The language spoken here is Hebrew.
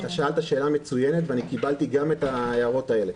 שאלת שאלה מצוינת, וקיבלתי גם את ההערות האלה.